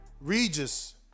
Regis